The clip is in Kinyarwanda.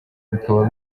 bikaba